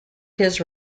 his